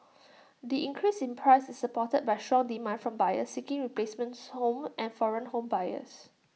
the increase in price is supported by strong demand from buyers seeking replacement homes and foreign home buyers